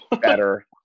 better